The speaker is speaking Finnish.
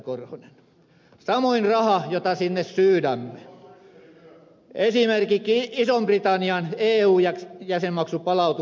korhonen samoin raha jota sinne syydämme esimerkiksi ison britannian eu jäsenmaksupalautuksen muodossa